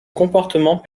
comportement